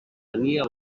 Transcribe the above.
tenia